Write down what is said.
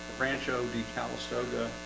branch od calistoga,